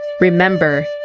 remember